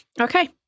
okay